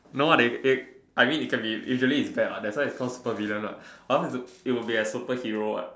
no there there I mean it can be normally is there what it will be a super villain what if not it will be a superhero